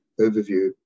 overview